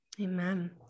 Amen